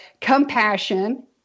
compassion